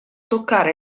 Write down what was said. toccare